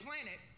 planet